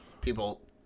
people